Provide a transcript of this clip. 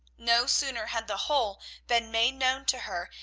no sooner had the whole been made known to her,